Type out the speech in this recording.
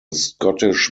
scottish